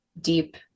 deep